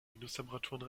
minustemperaturen